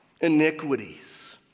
iniquities